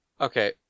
Okay